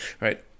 right